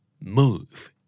Move